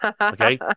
Okay